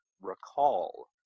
recall